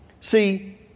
See